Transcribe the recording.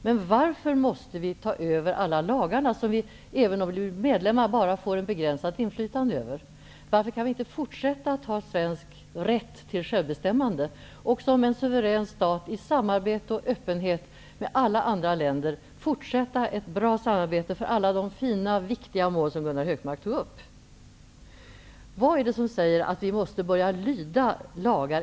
Men varför måste vi ta över alla lagar som vi, även om Sverige blir medlem i EG, bara får ett begränsat inflytande över? Varför kan vi inte fortsätta att ha svensk rätt till självbestämmande och som en suverän stat i samarbete och öppenhet tillsammans med alla andra länder fortsätta ett bra samarbete för alla de fina och viktiga mål som Gunnar Hökmark tog upp? Vad är det som säger att vi måste börja lyda lagar?